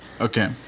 Okay